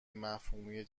مفهومی